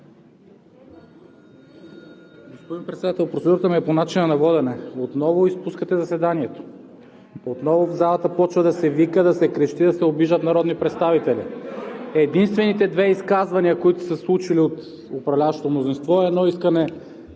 Господин Председател, процедурата ми е по начина на водене – отново изпускате заседанието! Отново в залата започва да се вика, да се крещи, да се обиждат народни представители. Единствените две изказвания, които са се случили от управляващото мнозинство, е едно искане